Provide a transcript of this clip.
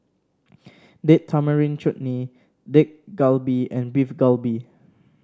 Date Tamarind Chutney Dak Galbi and Beef Galbi